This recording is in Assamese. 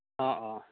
অঁ অঁ